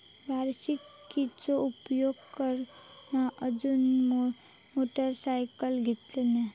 वार्षिकीचो उपयोग करान अनुजने मोटरसायकल घेतल्यान